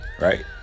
right